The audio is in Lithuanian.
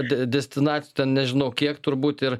de destinac ten nežinau kiek turbūt ir